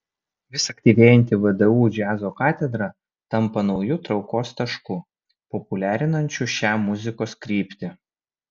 vis aktyvėjanti vdu džiazo katedra tampa nauju traukos tašku populiarinančiu šią muzikos kryptį